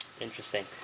Interesting